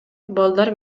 балдар